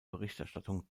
berichterstattung